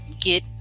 get